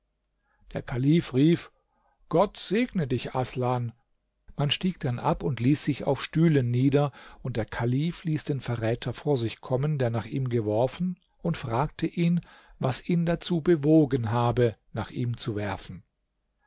der kalif rief gott segne dich aßlan man stieg dann ab und ließ sich auf stühlen nieder und der kalif ließ den verräter vor sich kommen der nach ihm geworfen und fragte ihn was ihn dazu bewogen habe nach ihm zu werfen